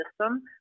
system